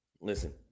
listen